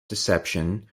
deception